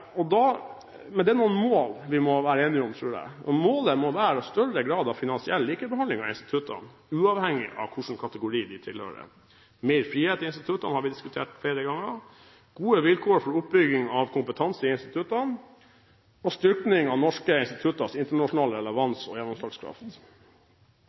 er: større grad av finansiell likebehandling av instituttene, uavhengig av hvilken kategori de tilhører mer frihet til instituttene, som vi har diskutert flere ganger gode vilkår for oppbygging av kompetanse i instituttene styrking av norske institutters internasjonale